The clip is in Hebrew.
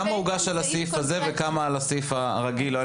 כמה הוגש על הסעיף הזה וכמה על הסעיף הרגיל?